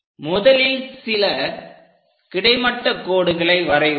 முதலில் சில கிடைமட்ட கோடுகளை வரைவோம்